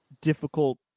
difficult